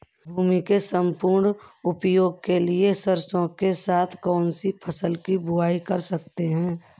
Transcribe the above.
भूमि के सम्पूर्ण उपयोग के लिए सरसो के साथ कौन सी फसल की बुआई कर सकते हैं?